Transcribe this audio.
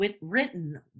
written